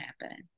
happening